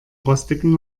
rostigen